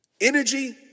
Energy